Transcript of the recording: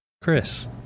Chris